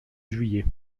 juillet